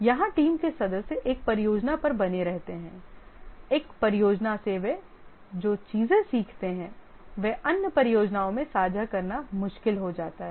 यहां टीम के सदस्य एक परियोजना पर बने रहते हैं एक परियोजना से वे जो चीजें सीखते हैं वे अन्य परियोजनाओं में साझा करना मुश्किल हो जाता है